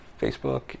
Facebook